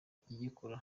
telefone